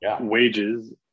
wages